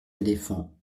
éléphants